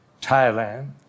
Thailand